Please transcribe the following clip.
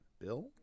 Bill